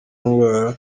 ndwara